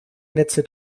netze